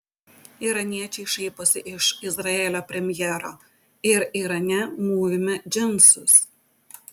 iraniečiai šaiposi iš izraelio premjero ir irane mūvime džinsus